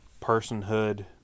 personhood